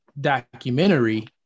documentary